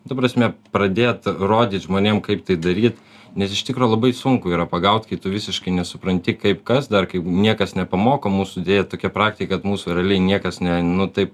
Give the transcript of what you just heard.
ta prasme pradėt rodyt žmonėm kaip tai daryt nes iš tikro labai sunku yra pagaut kai tu visiškai nesupranti kaip kas dar kaip niekas nepamoko mūsų deja tokia praktika kad mūsų realiai niekas nu taip